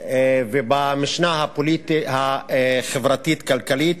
ובמשנה החברתית-כלכלית,